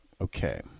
Okay